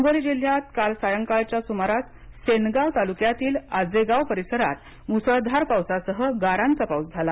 हिंगोली जिल्ह्यात काल सायंकाळच्या सुमारास सेनगाव तालुक्यातील आजेगाव परिसरात मुसळधार पावसासह गारांचा पाऊस पडला